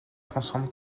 transforme